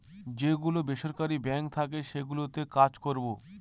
যে গুলো বেসরকারি বাঙ্ক থাকে সেগুলোতে কাজ করবো